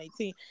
2018